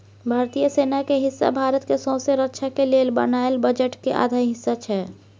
भारतीय सेना के हिस्सा भारत के सौँसे रक्षा के लेल बनायल बजट के आधा हिस्सा छै